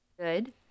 good